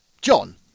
John